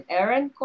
Aaron